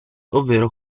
ovvero